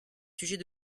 sujet